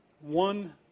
one